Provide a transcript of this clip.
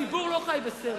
הציבור לא חי בסרט.